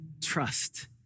trust